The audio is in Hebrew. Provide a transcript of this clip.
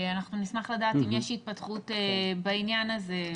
אנחנו נשמח לדעת אם יש התפתחות בעניין הזה.